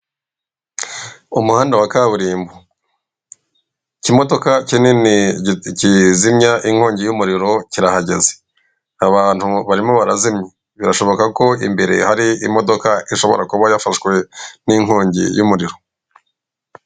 Umuhanda wa kaburimbo, ikimodoka kinini kizimya inkongi y'umuriro kirahahagaze, abantu barimo barazimya birashoboka ko imbere hari imodoka ishobora kuba yafashwe n'inkongi y'umuriro.